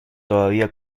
todavía